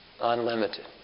Unlimited